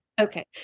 Okay